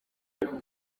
yavuze